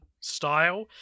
style